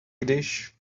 dish